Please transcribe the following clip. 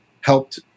helped